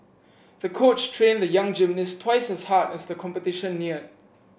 the coach trained the young gymnast twice as hard as the competition neared